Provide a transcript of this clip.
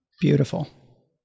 Beautiful